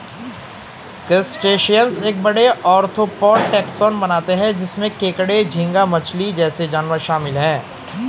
crustaceans एक बड़े, arthropod taxon बनाते हैं जिसमें केकड़े, झींगा मछली जैसे जानवर शामिल हैं